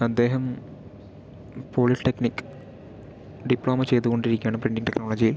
അദ്ദേഹം polytechnic diploma ചെയ്ത് കൊണ്ടിരിക്കുവാണ് പ്രിൻറിംഗ് ടെക്നോളജിയിൽ